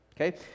okay